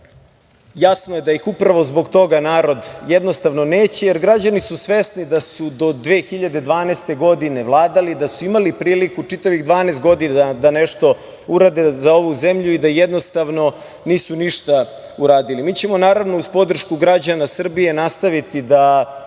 Jasno je da ih upravo zbog toga narod neće, jer građani su svesni da su do 2012. godine vladali, da su imali priliku čitavih 12 godina da nešto urade za ovu zemlju i da nisu ništa uradili. Mi ćemo uz podršku građana Srbije nastaviti da